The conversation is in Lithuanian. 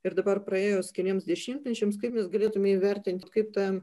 ir dabar praėjus keliems dešimtmečiams kaip mes galėtume įvertinti kaip ta